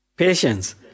Patience